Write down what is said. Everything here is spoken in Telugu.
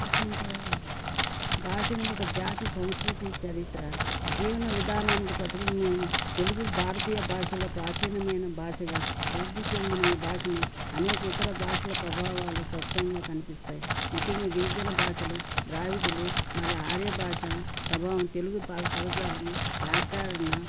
ఎక్కడ నుంచి చదవాలి భాష అనేది ఒక జాతి సంస్కృతి చరిత్ర జీవన విధానానికి ప్రతిబింబం తెలుగు భారతీయ భాషలో ప్రాచీనమైన భాషగా ప్రసిద్ధి చెందిన ఈ భాషను అనేక ఇతర భాషల ప్రభావాలు స్పష్టంగా కనిపిస్తాయి ముఖ్యంగా గిరిజన భాషలు ద్రావిడలు మరియు ఆర్య భాషల ప్రభావం తెలుగు పదజాలము వ్యాకారణ